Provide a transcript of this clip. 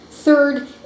Third